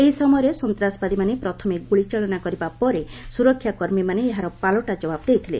ଏହି ସମୟରେ ସନ୍ତାସବାଦୀମାନେ ପ୍ରଥମେ ଗୁଳି ଚାଳନା କରିବା ପରେ ସୁରକ୍ଷା କର୍ମୀମାନେ ଏହାର ପାଲଟା ଜବାବ୍ ଦେଇଥିଲେ